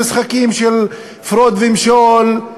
המשחקים של הפרד ומשול,